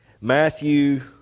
Matthew